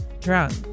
drunk